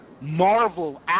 marvel